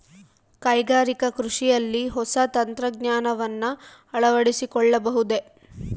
ಕೈಗಾರಿಕಾ ಕೃಷಿಯಲ್ಲಿ ಹೊಸ ತಂತ್ರಜ್ಞಾನವನ್ನ ಅಳವಡಿಸಿಕೊಳ್ಳಬಹುದೇ?